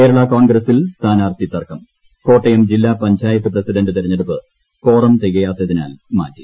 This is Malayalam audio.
കേരള കോൺഗ്രസിൽ സ്ഥാനാർഥി തർക്കം ജില്ലാ പഞ്ചായത്ത് പ്രസിഡന്റ് കോട്ടയം തെരഞ്ഞെടുപ്പ് കോറം തികയാത്തിനാൽ മാറ്റി